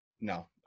No